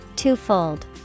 Twofold